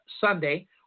Sunday